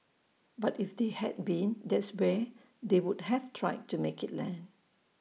but if they had been that's where they would have tried to make IT land